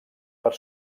per